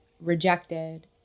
rejected